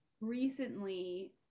recently